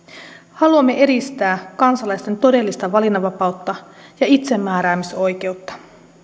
haluamme edistää kansalaisten todellista valinnanvapautta ja itsemääräämisoikeutta